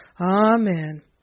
Amen